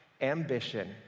ambition